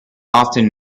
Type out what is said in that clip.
often